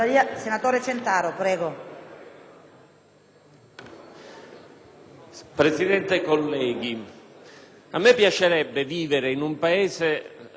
Presidente, colleghi, a me piacerebbe vivere in un Paese senza 41-*bis*, senza 416-*bis,*